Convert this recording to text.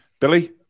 Billy